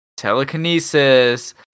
Telekinesis